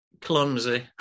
clumsy